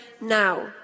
now